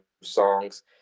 songs